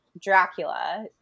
Dracula